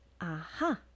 Aha